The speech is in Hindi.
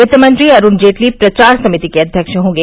वित्तमंत्री अरुण जेटली प्रचार समिति के अध्यक्ष होंगे